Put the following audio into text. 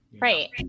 right